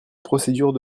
procédure